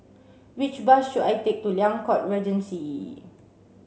which bus should I take to Liang Court Regency